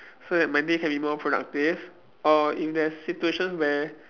so that my day can be more productive or if there's situations where